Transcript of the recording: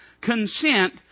consent